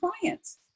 clients